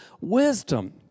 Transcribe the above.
wisdom